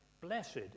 blessed